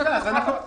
נתונים על זה.